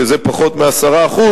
שזה פחות מ-10%,